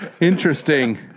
Interesting